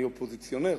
אני אופוזיציונר,